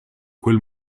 quel